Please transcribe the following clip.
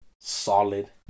solid